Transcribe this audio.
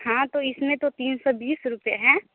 हाँ तो इसमें तीन सौ बीस रुपये हैं